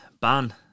Ban